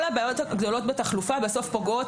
כל הבעיות הגדולות בתחלופה בסוף פוגעות